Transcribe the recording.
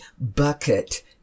bucket